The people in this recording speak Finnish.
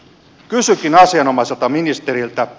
kysynkin asianomaiselta ministeriltä